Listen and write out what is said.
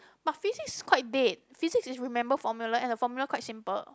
but physics quite dead physics is remember formula and the formula quite simple